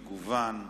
מגוון,